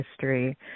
history